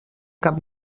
cap